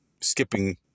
skipping